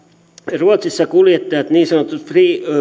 ruotsissa kuljettajat niin sanotut